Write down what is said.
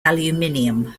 aluminium